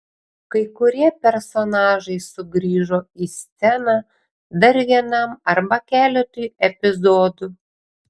kai kurie personažai sugrįžo į sceną dar vienam arba keletui epizodų